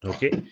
Okay